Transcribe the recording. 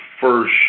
first